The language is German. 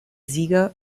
sieger